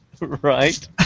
Right